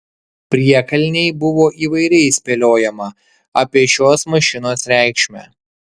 priekalnėj buvo įvairiai spėliojama apie šios mašinos reikšmę